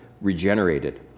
regenerated